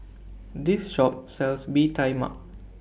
This Shop sells Bee Tai Mak